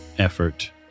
effort